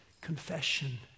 confession